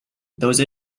those